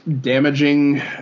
damaging